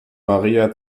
maria